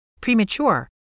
premature